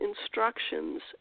instructions